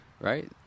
right